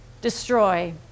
destroy